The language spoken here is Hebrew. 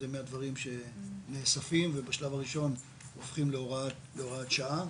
האם זה מהדברים שנאספים ובשלב הראשון הופכים להוראת שעה,